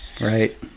right